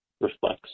reflects